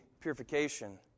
purification